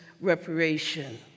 reparation